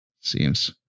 seems